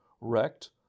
wrecked